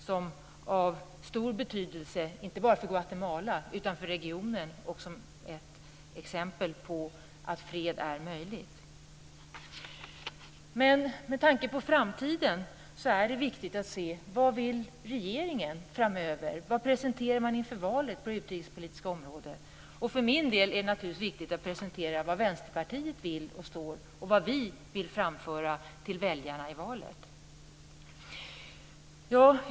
Den har stor betydelse inte bara för Guatemala utan för regionen och är ett exempel på att fred är möjligt. Men med tanke på framtiden är det viktigt att se vad regeringen vill framöver. Vad presenterar man inför valet på det utrikespolitiska området? För min del är det naturligtvis också viktigt att presentera vad Vänsterpartiet vill och vad vi vill framföra till väljarna i valet.